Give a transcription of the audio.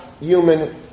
human